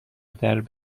درب